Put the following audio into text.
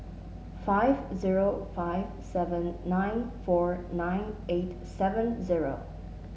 five zero five seven nine four nine eight seven zero